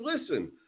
listen